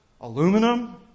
aluminum